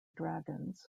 dragons